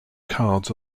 cards